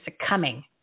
succumbing